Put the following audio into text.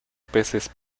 peces